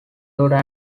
daughter